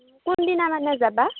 কোনদিনা মানে যাবা